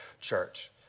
church